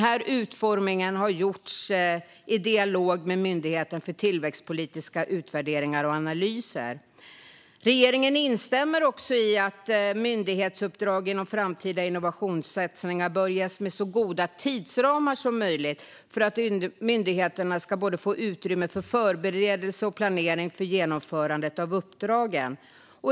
Denna utformning har gjorts i dialog med Myndigheten för tillväxtpolitiska utvärderingar och analyser. Regeringen instämmer också i att myndighetsuppdrag inom framtida innovationssatsningar bör ges med så goda tidsramar som möjligt för att myndigheterna ska få utrymme för förberedelse och planering för genomförandet av uppdragen.